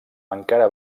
encara